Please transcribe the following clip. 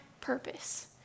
purpose